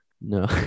No